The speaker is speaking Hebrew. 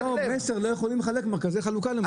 לא יכולים לחלק במרכזי חלוקה למשל?